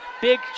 Big